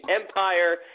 empire